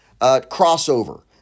crossover